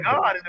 God